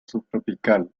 subtropical